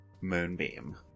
Moonbeam